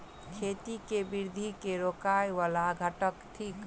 खेती केँ वृद्धि केँ रोकय वला घटक थिक?